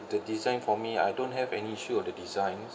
the design for me I don't have any issue on the designs